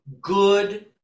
good